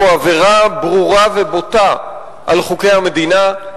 הוא עבירה ברורה ובוטה על חוקי המדינה,